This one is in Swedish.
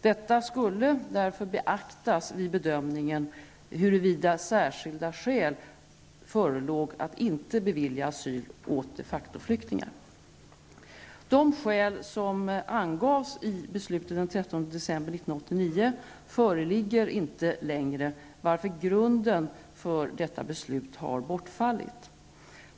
Detta skulle därför beaktas vid bedömningen huruvida särskilda skäl förelåg att inte bevilja asyl åt de facto-flyktningar. föreligger inte längre, varför grunden för detta beslut har bortfallit.